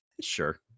sure